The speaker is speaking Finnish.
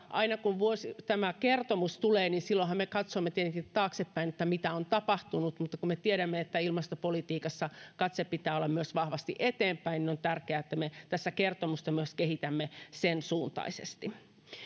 aina kun tämä kertomus tulee niin silloinhan me katsomme tietenkin taaksepäin mitä on tapahtunut mutta kun me tiedämme että ilmastopolitiikassa katse pitää olla myös vahvasti eteenpäin niin on tärkeää että me tässä kertomusta kehitämme sen suuntaisesti